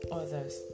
others